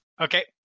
Okay